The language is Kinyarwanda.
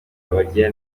abagira